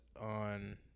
on